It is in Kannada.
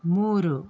ಮೂರು